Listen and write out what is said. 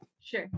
Sure